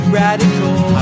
radical